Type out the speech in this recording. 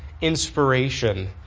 inspiration